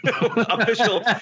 Official